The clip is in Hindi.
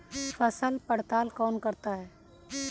फसल पड़ताल कौन करता है?